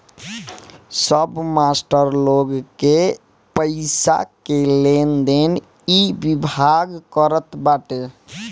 सब मास्टर लोग के पईसा के लेनदेन इ विभाग करत बाटे